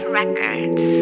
Records